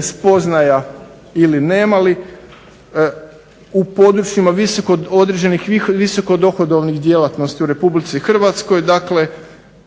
spoznaja ili ne imali. U područjima visoko određenih visoko dohodovnih djelatnosti u RH dakle